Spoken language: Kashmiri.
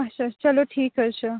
اچھا چلو ٹھیٖک حظ چھُ